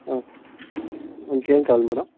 okay ఇంకేం కావాలి madam